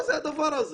מה זה הדבר הזה?